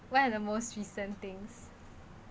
one of the most recent things